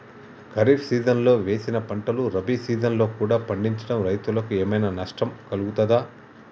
ఖరీఫ్ సీజన్లో వేసిన పంటలు రబీ సీజన్లో కూడా పండించడం రైతులకు ఏమైనా నష్టం కలుగుతదా?